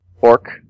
Orc